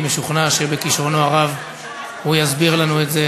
אני משוכנע שבכישרונו הרב הוא יסביר לנו את זה,